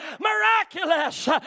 Miraculous